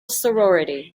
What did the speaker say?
sorority